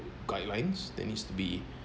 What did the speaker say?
guidelines that needs to be